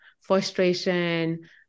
frustration